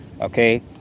Okay